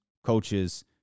coaches